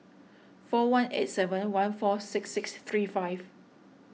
four one eight seven one four six six three five